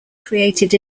created